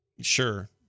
sure